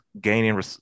gaining